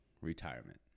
retirement